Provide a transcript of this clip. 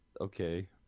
okay